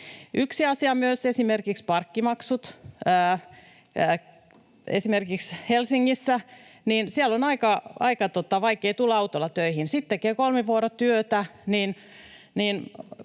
Yksi asia on myös esimerkiksi parkkimaksut. Esimerkiksi Helsingissä on aika vaikea tulla autolla töihin. Sitten kun tekee kolmivuorotyötä